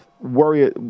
worry